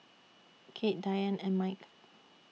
Kade Diane and Mike